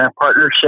partnership